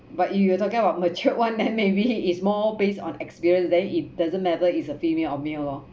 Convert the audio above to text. but if you are talking about matured one then maybe it's more based on experience then it doesn't matter is a female or male lor